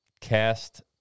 cast